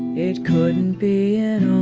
it couldn't be